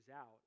out